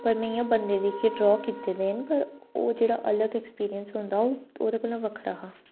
पर में इयां बन्दे गी दिक्खियै ड्रा कीते दे न पर ओह् जेह्ड़ा अलग ऐक्सपिरींयस होंदा ओह् ओह्दे कोला बक्खरा हा